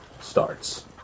starts